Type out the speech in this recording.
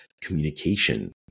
communication